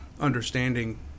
understanding